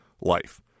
life